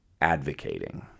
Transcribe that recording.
advocating